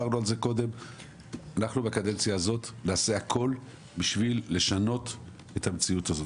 אנחנו בקדנציה הזאת נעשה הכול בשביל לשנות את המציאות הזאת.